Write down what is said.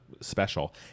special